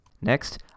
Next